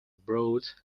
broad